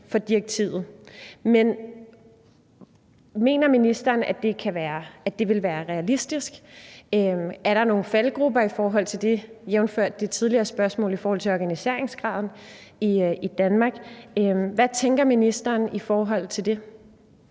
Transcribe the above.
men mener ministeren, at det vil være realistisk? Er der nogle faldgruber i forhold til det, jævnfør det tidligere spørgsmål om organiseringsgraden i Danmark? Hvad tænker ministeren om det?